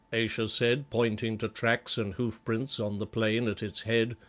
ayesha said, pointing to tracks and hoof-prints on the plain at its head,